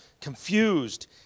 confused